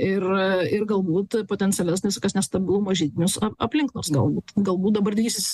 ir ir galbūt potencialias visokias nestabilumo židinius a aplink nors galbūt galbūt dabar didysis